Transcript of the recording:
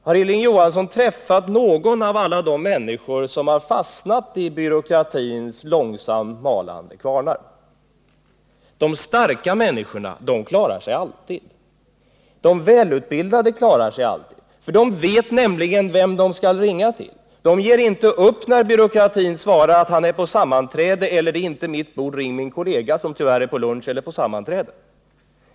Har Hilding Johansson träffat någon av alla de människor som har fastnat i byråkratins långsamt malande kvarnar? De starka människorna klarar sig alltid, de välutbildade klarar sig alltid — de vet vem de skall ringa till. De ger inte upp när det svaras att den representant för byråkratin som de söker är på sammanträden, eller när de får beskedet: ”Det är inte mitt bord” eller ”Ring min kollega”. De ger inte ens upp om även den kollegan är på sammanträde.